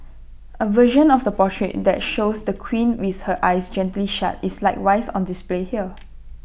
A version of the portrait that shows the queen with her eyes gently shut is likewise on display here